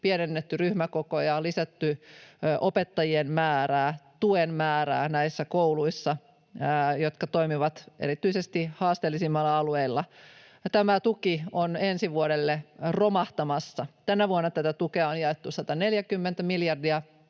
pienennetty ryhmäkokoja, lisätty opettajien määrää ja tuen määrää näissä kouluissa, jotka toimivat erityisesti haasteellisimmilla alueilla — on ensi vuodelle romahtamassa. Tänä vuonna tätä tukea on jaettu 140 miljoonaa,